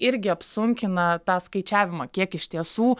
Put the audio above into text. irgi apsunkina tą skaičiavimą kiek iš tiesų